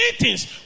meetings